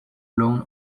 alone